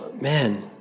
man